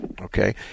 Okay